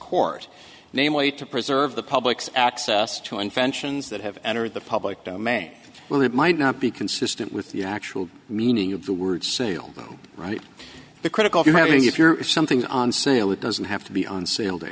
court namely to preserve the public's access to infections that have entered the public domain where it might not be consistent with the actual meaning of the word sale right the critical point if you're something on sale it doesn't have to be on sale to